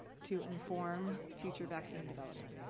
to inform future vaccine development.